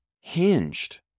hinged